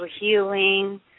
healing